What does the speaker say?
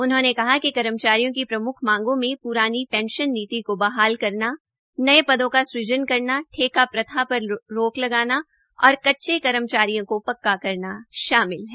उन्होंने कहा कि कर्मचारियों की प्रम्ख मांगों से प्रानी पेंशन नीति को बहाल करना नये पर्दो का सुजन करना ठेका प्रथा पर रोक लगाना और कच्चे कर्मचारियों को पक्का करना शामिल है